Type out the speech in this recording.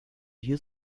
you